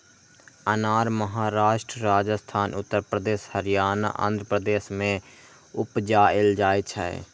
अनार महाराष्ट्र, राजस्थान, उत्तर प्रदेश, हरियाणा, आंध्र प्रदेश मे उपजाएल जाइ छै